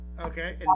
okay